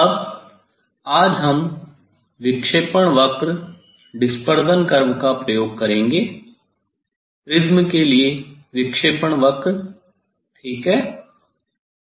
अब आज हम विक्षेपण वक्र का प्रयोग करेंगे प्रिज्म के लिए विक्षेपण वक्र ठीक है